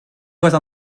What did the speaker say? cosa